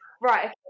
Right